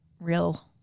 real